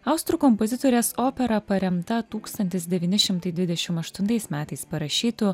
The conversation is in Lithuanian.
austrų kompozitorės opera paremta tūkstantis devyni šimtai dvidešim aštuntais metais parašytu